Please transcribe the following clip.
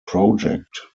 project